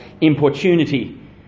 importunity